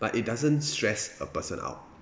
but it doesn't stressed a person out